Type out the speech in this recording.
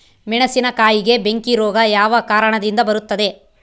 ಮೆಣಸಿನಕಾಯಿಗೆ ಬೆಂಕಿ ರೋಗ ಯಾವ ಕಾರಣದಿಂದ ಬರುತ್ತದೆ?